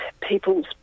people's